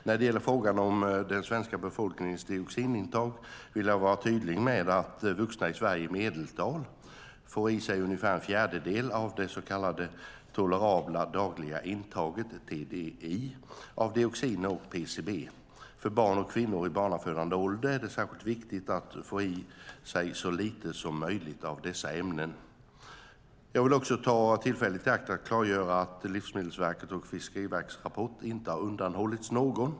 När det gäller frågan om den svenska befolkningens dioxinintag vill jag vara tydlig med att vuxna i Sverige i medeltal får i sig ungefär en fjärdedel av det så kallade tolerabla dagliga intaget av dioxiner och PCB. För barn och kvinnor i barnafödande ålder är det särskilt viktigt att få i sig så lite som möjligt av dessa ämnen. Jag vill också ta tillfället i akt att klargöra att Livsmedelsverkets och Fiskeriverkets rapport inte har undanhållits någon.